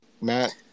Matt